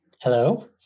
Hello